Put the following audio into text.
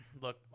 Look